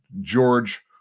George